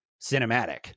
cinematic